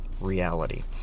reality